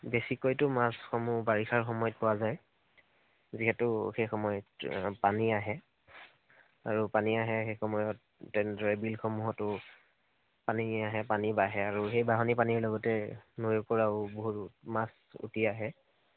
বেছিকৈতো মাছসমূহ বাৰিষা সময়ত পোৱা যায় যিহেতু সেই সময়ত পানী আহে আৰু পানী আহে সেই সময়ত তেনেদৰে বিলসমূহতো পানী আহে পানী বাঢ়ে আৰু সেই বাঢ়নী পানীৰ লগতে নৈৰপৰাও বহুতো মাছ উটি আহে